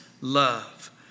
love